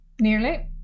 Nearly